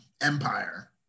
Empire